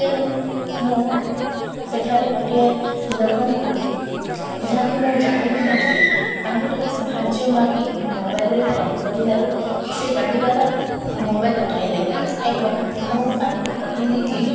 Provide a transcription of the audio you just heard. ତେଣୁ ମୁଁ ସେଠାରେ ଗୋଟିଏ ଲୋକଙ୍କୁ ଯାହାକୁ ମୁଁ ଜାଣ ବି ନଥିଲି ତାଙ୍କୁ ଟିକେ ସାହାଯ୍ୟ ମାଗି ମୋ ମୋବାଇଲ୍ରେ ଫୋନ୍ କରିଲାରୁ ସେ ଗାଡ଼ି ବାଲା ମୋବାଇଲ୍ ଉଠାଇଲେ ଏବଂ ମୁଁ ତାଙ୍କୁ କହିଲି କିି